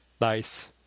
Nice